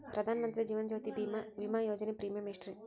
ಪ್ರಧಾನ ಮಂತ್ರಿ ಜೇವನ ಜ್ಯೋತಿ ಭೇಮಾ, ವಿಮಾ ಯೋಜನೆ ಪ್ರೇಮಿಯಂ ಎಷ್ಟ್ರಿ?